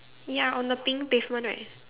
ya on the pink pavement right